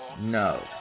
No